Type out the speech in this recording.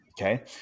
okay